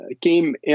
came